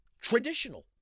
traditional